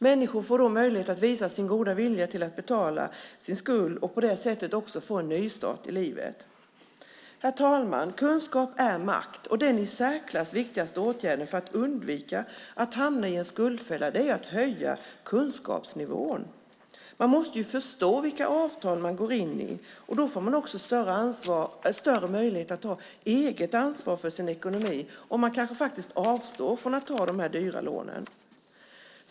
Människor får då möjlighet att visa sin goda vilja att betala sin skuld och får på det sättet en nystart i livet. Herr talman! Kunskap är makt. Den i särklass viktigaste åtgärden för att människor ska undvika att hamna i en skuldfälla är att höja kunskapsnivån. Man måste ju förstå vilka avtal man går in i. Då får man också större möjligheter att ta eget ansvar för sin ekonomi och man kanske faktiskt avstår från att ta de här dyra lånen.